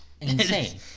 insane